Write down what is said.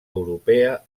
europea